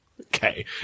Okay